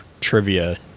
trivia